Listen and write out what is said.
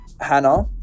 Hannah